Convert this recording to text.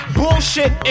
bullshit